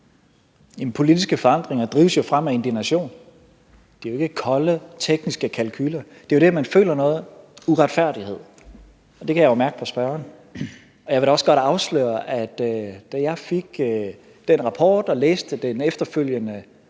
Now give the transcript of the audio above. Politiske forandringer drives jo frem af indignation. Ikke af kolde tekniske kalkuler, men af, at man føler, noget er uretfærdigt, og det kan jeg jo mærke på spørgeren at hun gør. Jeg vil da også godt afsløre, at da jeg fik den rapport og læste den efterfølgende